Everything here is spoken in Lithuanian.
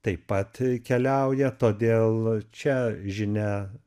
taip pat keliauja todėl čia žinia